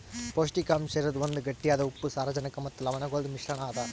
ಪೌಷ್ಟಿಕಾಂಶ ಇರದ್ ಒಂದ್ ಗಟ್ಟಿಯಾದ ಉಪ್ಪು, ಸಾರಜನಕ ಮತ್ತ ಲವಣಗೊಳ್ದು ಮಿಶ್ರಣ ಅದಾ